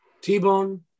T-Bone